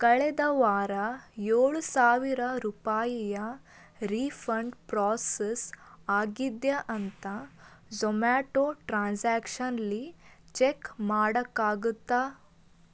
ಕಳೆದ ವಾರ ಏಳು ಸಾವಿರ ರೂಪಾಯಿಯ ರೀಫಂಡ್ ಪ್ರೋಸೆಸ್ ಆಗಿದೆಯಾ ಅಂತ ಝೊಮ್ಯಾಟೊ ಟ್ರಾನ್ಸಾಕ್ಷನ್ಲಿ ಚೆಕ್ ಮಾಡೋಕ್ಕಾಗುತ್ತಾ